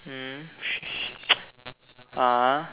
mm ah